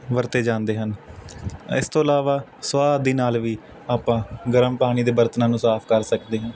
ਵਰਤੇ ਜਾਂਦੇ ਹਨ ਇਸ ਤੋਂ ਇਲਾਵਾ ਸੁਆਹ ਆਦਿ ਨਾਲ ਵੀ ਆਪਾਂ ਗਰਮ ਪਾਣੀ ਦੇ ਬਰਤਨਾਂ ਨੂੰ ਸਾਫ਼ ਕਰ ਸਕਦੇ ਹਾਂ